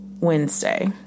Wednesday